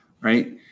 right